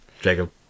Jacob